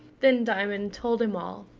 then diamond told him all.